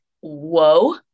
whoa